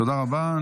תודה רבה.